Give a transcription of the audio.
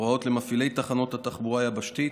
הוראות למפעילי תחנות התחבורה היבשתית